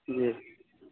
جی